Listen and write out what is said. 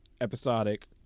episodic